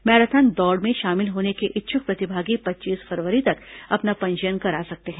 marathon दौड़ में शामिल होने के इच्छुक प्रतिभागी पच्चीस फरवरी तक अपना पंजीयन करा सकते हैं